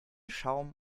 schaum